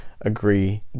agree